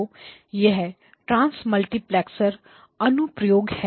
तो यह ट्रांसमल्टीप्लेक्सर अनुप्रयोग हैं